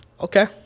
okay